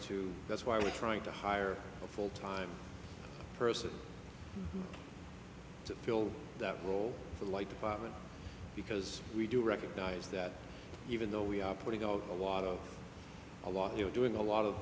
to that's why we're trying to hire a full time person to fill that role like department because we do recognize that even though we are putting out a lot of a lot you are doing a lot